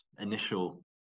initial